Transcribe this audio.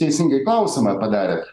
teisingai klausimą padarėt